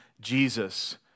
Jesus